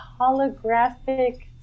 holographic